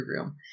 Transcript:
room